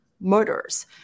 murders